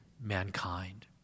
mankind